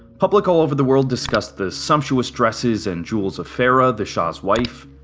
public all over the world discussed the sumptuous dresses and jewels of farah, the shah's wife.